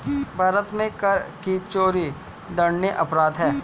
भारत में कर की चोरी दंडनीय अपराध है